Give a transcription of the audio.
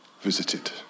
visited